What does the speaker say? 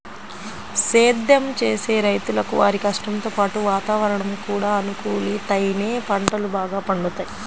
సేద్దెం చేసే రైతులకు వారి కష్టంతో పాటు వాతావరణం కూడా అనుకూలిత్తేనే పంటలు బాగా పండుతయ్